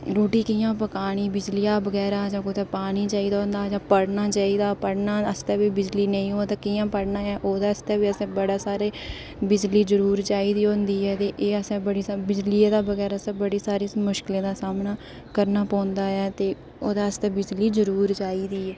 रुट्टी कियां पकानी बिजलियै बगैरा ते कुतै पानी चाहिदा होंदा जां पढ़ना होंदा चाहिदा पढ़ने आस्तै बी बिजली नेईं होऐ तां कियां पढ़ना ऐ तां ओह्दे आस्तै बी असें बड़ा सारा बिजली जरूर चाहिदी होंदी ऐ ते एह् असें बड़ी स बिजलियै दे बगैर असें बड़ी सारी मुश्कलें दा सामना करना पौंदा ऐ ते ओह्दे आस्तै बिजली जरूर चाहिदी ऐ